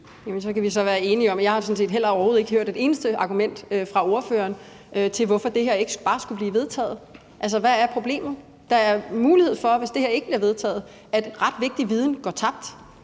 set heller ikke hørt et eneste godt argument fra ordføreren for, hvorfor det her ikke bare skulle blive vedtaget. Altså, hvad problemet? Der er en mulighed for, hvis det her ikke bliver vedtaget, at ret vigtig viden går tabt,